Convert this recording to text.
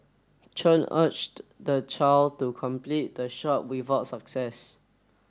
Chen urged the child to complete the shot without success